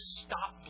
stop